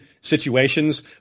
situations